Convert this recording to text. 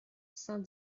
saint